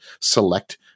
select